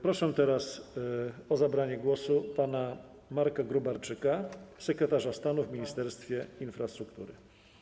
Proszę teraz o zabranie głosu pana Marka Gróbarczyka, sekretarza stanu w Ministerstwie Infrastruktury.